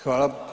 Hvala.